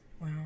Wow